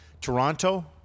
Toronto